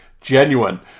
genuine